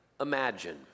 imagine